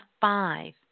five